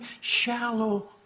shallow